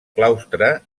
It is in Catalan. claustre